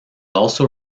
also